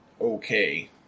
okay